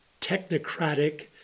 technocratic